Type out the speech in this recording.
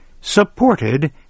supported